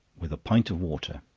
with a pint of water